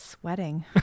Sweating